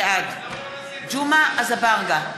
בעד ג'מעה אזברגה,